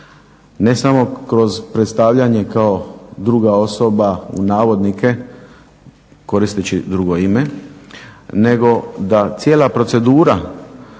Ne samo kroz predstavljanje kao "druga osoba", koristeći drugo ime, nego da cijela procedura